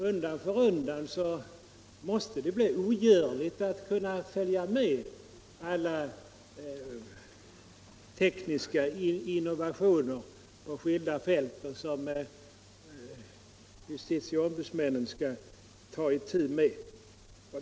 Undan för undan måste det bli ogörligt att följa alla tekniska innovationer från skilda fält som justitieombudsmännen skall ta itu med.